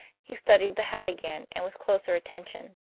he studied the hat again and with closer attention.